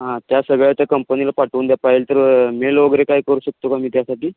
हां त्या सगळ्या त्या कंपनीला पाठवून द्या पाहिजे तर मेल वगैरे काय करू शकतो का मी त्यासाठी